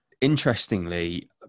Interestingly